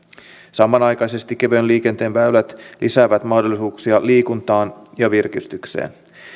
samanaikaisesti kevyen liikenteen väylät lisäävät mahdollisuuksia liikuntaan ja virkistykseen